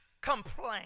complain